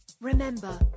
Remember